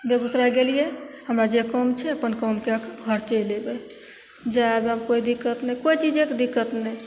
बेगूसराय गेलियै हमरा जे काम छै अपन काम कएके घर चलि अयबय जाइ आबयमे कोइ दिक्कत नहि कोइ चीजेके कोइ दिक्कत नहि